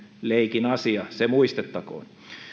leikin asia se muistettakoon